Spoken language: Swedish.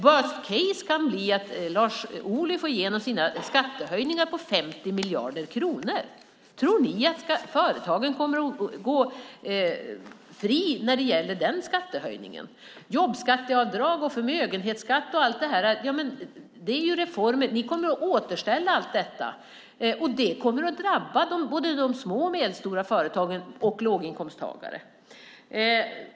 Worst case kan bli att Lars Ohly får igenom sina skattehöjningar på 50 miljarder kronor. Tror ni att företagen kommer att gå fria när det gäller den skattehöjningen? Jobbskatteavdrag, förmögenhetsskatt och så vidare är reformer som ni kommer att återställa. Det kommer att drabba både små och medelstora företag och låginkomsttagare.